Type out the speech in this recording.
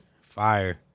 Fire